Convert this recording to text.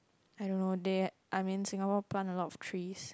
I don't know they I mean Singapore plant a lot of trees